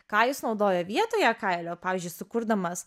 ką jis naudoja vietoje kailio pavyzdžiui sukurdamas